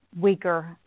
weaker